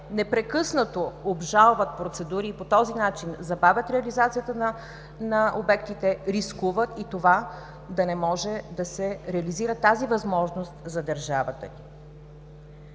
непрекъснато обжалват процедури и по този начин забавят реализацията на обектите, рискуват да не може да се реализира тази възможност за държавата